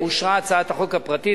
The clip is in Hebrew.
אושרה הצעת החוק הפרטית.